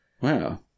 Wow